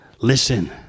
Listen